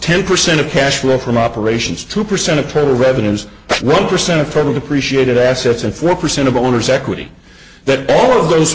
ten percent of cash flow from operations two percent of total revenues one percent of total depreciated assets and four percent of owners equity that all of those